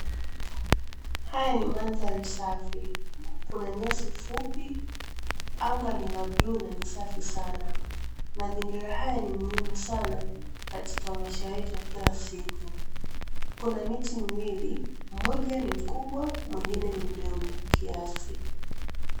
Haya ni mandhari safi kuna nyasi fupi, anga ni la bluu na ni safi sana. Mazingira haya ni muhimu sana katika maisha yetu ya kila siku, kuna miti miwili mmoja ni mkubwa, mwingine ni mdogo kiasi.